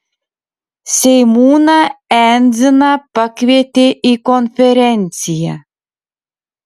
seimūną endziną pakvietė į konferenciją